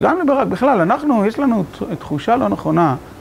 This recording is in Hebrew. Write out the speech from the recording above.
גם לברק, בכלל, אנחנו, יש לנו תחושה לא נכונה.